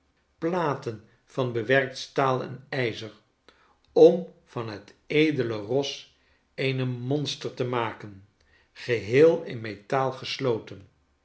platen vanbewerkt staal en yzer om van het edele ros eene monster te maken geheel in metaal gesloten